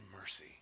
mercy